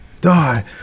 die